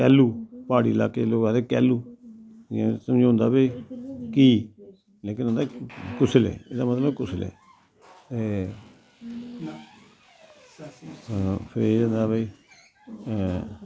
कैह्लु प्हाड़ी लाह्के लोग आखदे कैह्लु समझोंदा भाई कि लेकिन होंदा कुसलै एह्दा मतलव कुसलै ते एह् होंदा भाई